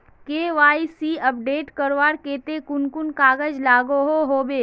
KYC update करवार केते कुन कुन कागज लागोहो होबे?